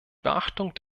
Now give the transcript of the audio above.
beachtung